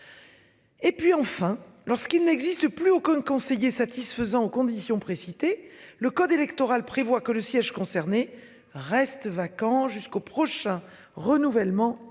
Et puis enfin, lorsqu'il n'existe plus aucun conseiller satisfaisant aux conditions précitées. Le code électoral prévoit que le siège concernés restent vacants jusqu'au prochain renouvellement du conseil